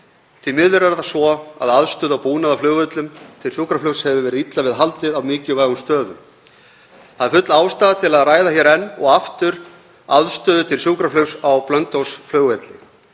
Því miður er það svo að aðstöðu og búnaði á flugvöllum til sjúkraflugs hefur verið illa við haldið á mikilvægum stöðum. Það er full ástæða til að ræða hér enn og aftur aðstöðu til sjúkraflugs á Blönduósflugvelli.